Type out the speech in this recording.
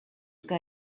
que